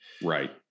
Right